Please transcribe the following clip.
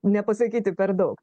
nepasakyti per daug